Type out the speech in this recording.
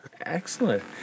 Excellent